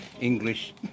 English